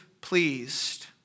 pleased